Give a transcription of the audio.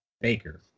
Baker